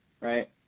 right